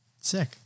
Sick